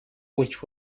which